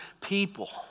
people